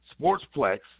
Sportsplex